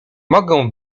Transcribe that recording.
mogę